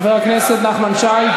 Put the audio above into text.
חבר הכנסת נחמן שי,